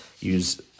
use